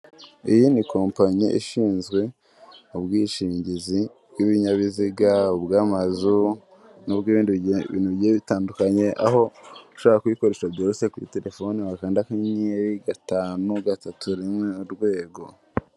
Iyi ni kompanyi ishinzwe ubwishingizi bw'ibinyabiziga, ubw'amazu n'ubw'ibindi bigiye bitandukanye, aho ushobora kuyikoresha byoroshye kuri telefone wakanda akanyenyeri gatanu, gatatu, rimwe urwego.